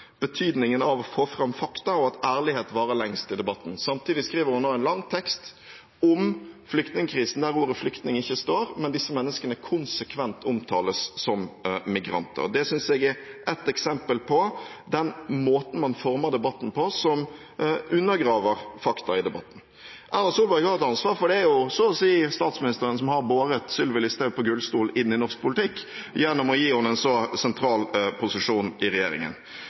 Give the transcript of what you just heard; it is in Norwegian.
betydningen av å få fram fakta, og at ærlighet varer lengst i debatten. Samtidig skriver hun en lang tekst om flyktningkrisen, der ordet «flyktning» ikke står, men der disse menneskene konsekvent omtales som migranter. Det synes jeg er et eksempel på måten man former debatten på, som undergraver fakta i debatten. Erna Solberg har et ansvar for det, for det er så å si statsministeren som har båret Sylvi Listhaug på gullstol inn i norsk politikk gjennom å gi henne en så sentral posisjon i regjeringen.